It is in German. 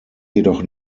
jedoch